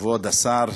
כבוד השר,